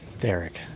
Derek